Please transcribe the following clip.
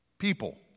people